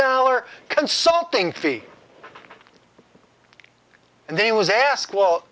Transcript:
dollar consulting fee and then was asked well